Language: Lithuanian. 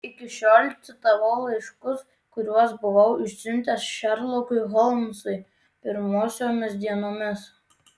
iki šiol citavau laiškus kuriuos buvau išsiuntęs šerlokui holmsui pirmosiomis dienomis